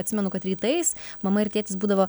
atsimenu kad rytais mama ir tėtis būdavo